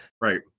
Right